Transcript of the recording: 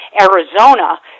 Arizona